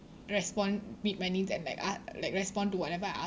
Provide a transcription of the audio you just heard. respond meet my needs and like a~ like respond to whatever I ask